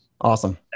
Awesome